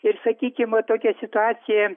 ir sakykim tokia situacija